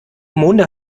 monde